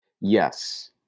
yes